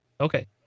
okay